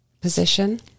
position